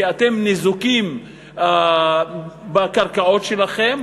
כי אתם ניזוקים בקרקעות שלכם,